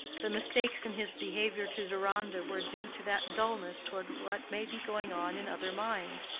the mistakes in his behavior to deronda were due to that dullness toward what may be going on in other minds,